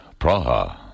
Praha